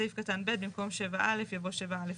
בסעיף קטן ב במקום 7(א) יבוא 7(א)(1),